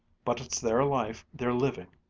but it's their life they're living,